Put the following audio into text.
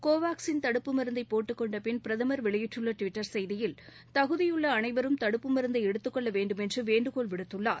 கோவாக்ஸின் தடுப்பு மருந்தை போட்டுக்கொண்ட பின் பிரதமர் வெளியிட்டுள்ள டுவிட்டர் செய்தியில் தகுதியுள்ள அனைவரும் தடுப்பு மருந்தை எடுத்தக் கொள்ள வேண்டுமென்று வேண்டுகோள் விடுத்துள்ளாள்